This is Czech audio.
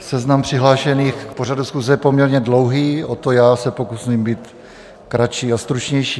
Seznam přihlášených k pořadu schůze je poměrně dlouhý, o to já se pokusím být kratší a stručnější.